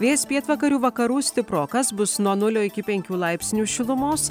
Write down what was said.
vėjas pietvakarių vakarų stiprokas bus nuo nulio iki penkių laipsnių šilumos